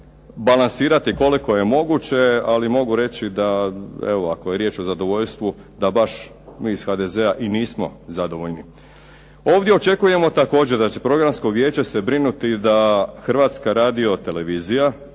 balansirati koliko je moguće, ali mogu reći da evo ako je riječ o zadovoljstvu da baš mi iz HDZ-a i nismo zadovoljni. Ovdje očekujemo također da će Programsko vijeće se brinuti da HRT izbaci